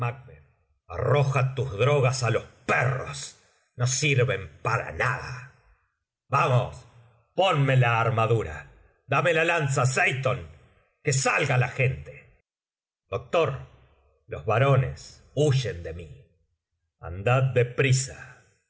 arroja tus drogas á los perros no sirven para nada vamos ponme la armadura dame la lanza seyton que salga la gente doctor los barones huyen de mí andad